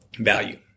value